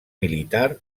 militar